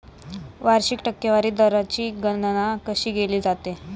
वार्षिक टक्केवारी दराची गणना कशी केली जाते?